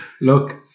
Look